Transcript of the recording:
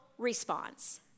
response